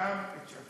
אתה